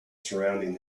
surrounding